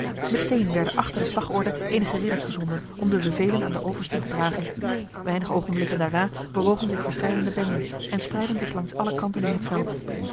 meteen werden achter de slagorde enige ridders gezonden om de bevelen aan de oversten te dragen weinig ogenblikken daarna bewogen zich verscheidene benden en spreidden zich langs alle kanten in het veld